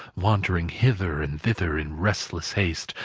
wandering hither and thither in restless haste,